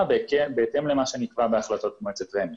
בהתאם למה שנקבע בהחלטות מועצת רשות מקרקעי ישראל.